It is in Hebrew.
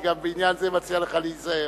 אני גם בעניין זה מציע לך להיזהר.